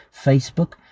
Facebook